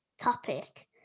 topic